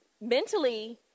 mentally